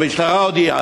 המשטרה הודיעה.